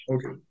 Okay